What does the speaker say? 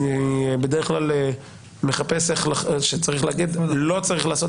אני בדרך כלל מחפש שצריך להגיד שלא צריך לעשות